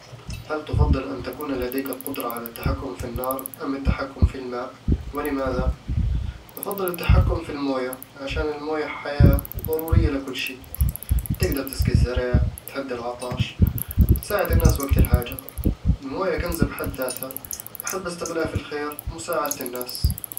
هل تفضل أن تكون لديك القدرة على التحكم في النار أم التحكم في الماء؟ ولماذا؟ بفضّل التحكم في الموية عشان الموية حياة وضرورية لكل شي تقدر تسقي الزرع، تهدي العطش، وتساعد الناس وقت الحاجة الموية كنز بحد ذاتها، وأحب أستغلها في الخير ومساعدة الناس